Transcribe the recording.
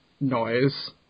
noise